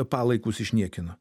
palaikus išniekino